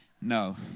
No